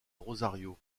rosario